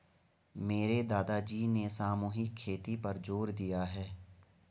मेरे दादाजी ने सामूहिक खेती पर जोर दिया है